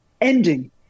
ending